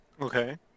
Okay